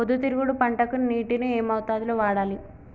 పొద్దుతిరుగుడు పంటకి నీటిని ఏ మోతాదు లో వాడాలి?